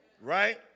Right